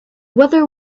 whether